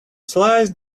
slice